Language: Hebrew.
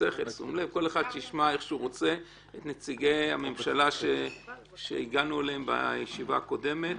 את נציגי הממשלה שהגענו אליהם בישיבה הקודמת.